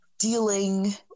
dealing